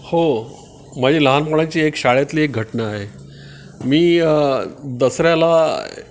हो माझी लहानपणाची एक शाळेतली एक घटना आहे मी दसऱ्याला